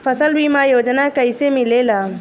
फसल बीमा योजना कैसे मिलेला?